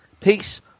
Peace